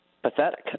Pathetic